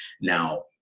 now